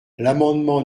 l’amendement